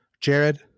jared